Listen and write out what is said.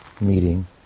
meeting